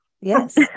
Yes